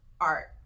art